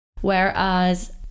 whereas